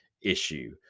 issue